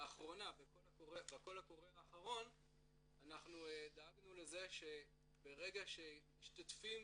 בקול הקורא האחרון אנחנו דאגנו לזה שברגע שמשתתפים